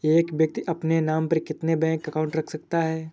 एक व्यक्ति अपने नाम पर कितने बैंक अकाउंट रख सकता है?